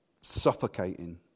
suffocating